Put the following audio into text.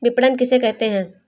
विपणन किसे कहते हैं?